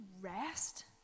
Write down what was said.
rest